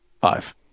five